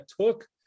took